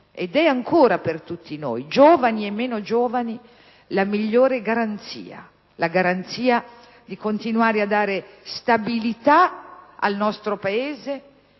ed è ancora per tutti noi, giovani e meno giovani, la migliore garanzia, la garanzia di continuare a dare stabilità al nostro Paese